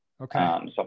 Okay